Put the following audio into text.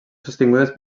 sostingudes